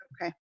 Okay